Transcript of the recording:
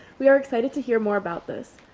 we are excited to hear more about this.